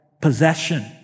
possession